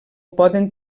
poden